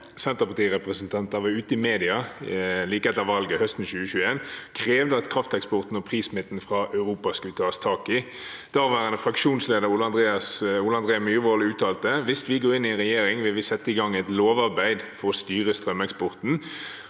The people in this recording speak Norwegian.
Senter- parti-representanter var ute i mediene like etter valget høsten 2021 og krevde at krafteksporten og prissmitten fra Europa skulle tas tak i. Daværende fraksjonsleder Ole André Myhrvold uttalte: «Hvis vi går inn i regjering, vil vi sette i gang et lovarbeid for å styre strømeksporten.»